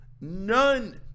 none